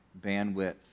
bandwidth